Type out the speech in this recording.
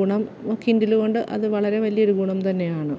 ഗുണം കിൻഡിലുകൊണ്ട് അത് വളരെ വലിയൊരു ഗുണം തന്നെയാണ്